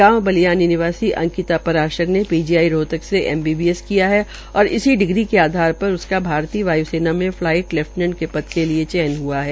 गांव बालियाली निवासी अंकिता पराशर ने पीजीआई रोहतक से एमबीबीएस किया है और इस डिग्री के आधार पर उसका भारतीय वाय्सेना में फलाईट लैफ्टिनेट पद के लिए चयन हआ है